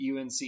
UNC